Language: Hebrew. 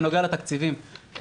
בנוגע לתקציבים,